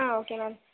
ah okay ma'am